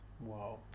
wow